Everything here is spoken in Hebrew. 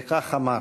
וכך אמר: